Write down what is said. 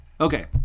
Okay